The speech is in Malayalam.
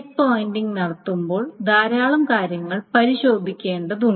ചെക്ക് പോയിന്റിംഗ് നടത്തുമ്പോൾ ധാരാളം കാര്യങ്ങൾ പരിശോധിക്കേണ്ടതുണ്ട്